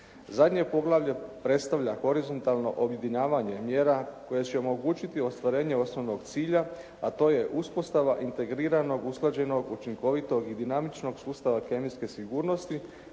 Zadnje poglavlje predstavlja horizontalno objedinjavanje mjera koje će omogućiti ostvarenje osnovnog cilja, a to je uspostava integriranog, usklađenog, učinkovitog i dinamičnog sustava kemijske sigurnosti